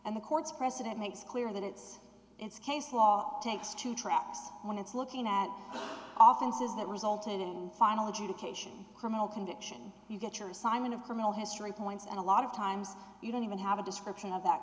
and the court's precedent makes clear that it's case law takes two tracks when it's looking at often says that resulted and finally cation criminal conviction you get your assignment of criminal history points and a lot of times you don't even have a description of that